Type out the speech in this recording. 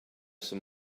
some